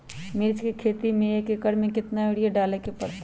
मिर्च के खेती में एक एकर में कितना यूरिया डाले के परतई?